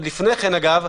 זה בסדר.